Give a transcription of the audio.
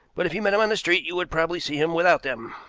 but if you met him in the street you would probably see him without them. ah,